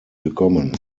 gekommen